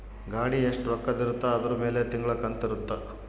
ಗಾಡಿ ಎಸ್ಟ ರೊಕ್ಕದ್ ಇರುತ್ತ ಅದುರ್ ಮೇಲೆ ತಿಂಗಳ ಕಂತು ಇರುತ್ತ